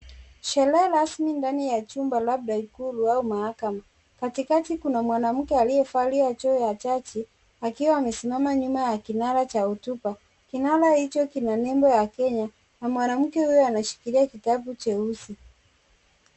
Sherehe rasmi kwenye jumba labda hekalu ama mahakama. Katika kuna mwanamke aliyevalia joho ya jaji akiwa amesimama nyuma ya kinara cha hotuba. Kinara hicho kina nembo ya Kenya na mwanamke huyo anashikilia kitabu cheusi.